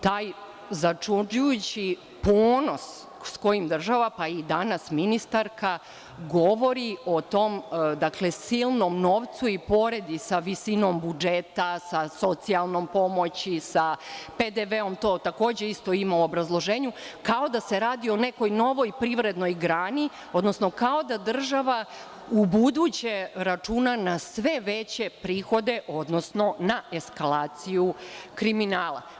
Taj začuđujući ponos sa kojim država, pa i danas ministarka, govori o tome silnom novcu i pored, i sa visinom budžeta, sa socijalnom pomoći, sa PDV, to takođe isto ima u obrazloženju, kao da se radi o nekoj novoj privrednoj grani, odnosno kao da država u buduće računa na sve veće prihode, odnosno na eskalaciju kriminala.